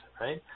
right